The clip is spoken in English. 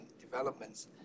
developments